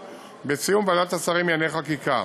בסיום ישיבת ועדת השרים לענייני חקיקה.